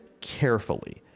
carefully